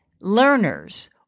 learners